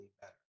better